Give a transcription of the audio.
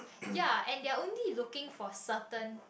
ya and their only looking for certain